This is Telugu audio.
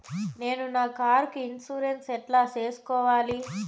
నేను నా కారుకు ఇన్సూరెన్సు ఎట్లా సేసుకోవాలి